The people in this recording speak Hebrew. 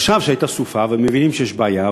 עכשיו שהייתה סופה ומבינים שיש בעיה,